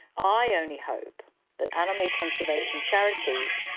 i only hope that animal conservation charities,